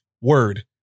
word